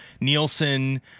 Nielsen